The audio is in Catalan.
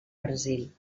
brasil